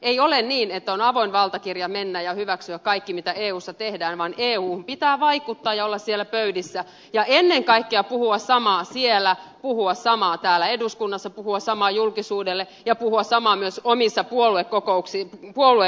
ei ole niin että on avoin valtakirja mennä ja hyväksyä kaikki mitä eussa tehdään vaan euhun pitää vaikuttaa ja olla siellä pöydissä ja ennen kaikkea puhua samaa siellä puhua samaa täällä eduskunnassa puhua samaa julkisuudelle ja puhua samaa myös omissa puolue elimissään